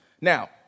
Now